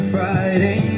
Friday